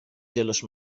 جلوش